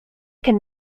can